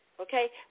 okay